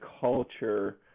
culture